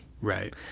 Right